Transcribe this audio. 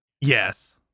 Yes